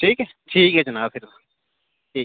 ठीक ऐ ठीक ऐ जनाब फिर तां ठीक